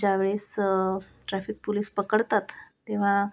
ज्यावेळेस traffic police पकडतात तेव्हा